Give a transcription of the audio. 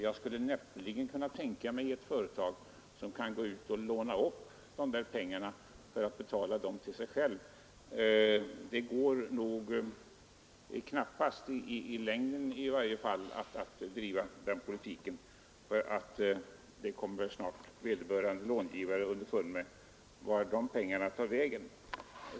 Jag kan näppeligen tänka mig ett företag som kan gå ut och låna upp dessa pengar för att betala dem till sig själv. Det går nog knappast att i längden driva en sådan politik. Vederbörande långivare kommer nog snart underfund med vart dessa pengar tar vägen.